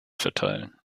verteilen